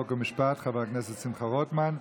חוק ומשפט חבר הכנסת שמחה רוטמן.